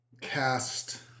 cast